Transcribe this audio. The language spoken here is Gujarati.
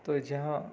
તો જ્યાં